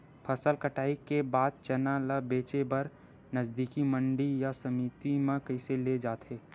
फसल कटाई के बाद चना ला बेचे बर नजदीकी मंडी या समिति मा कइसे ले जाथे?